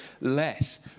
less